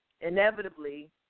inevitably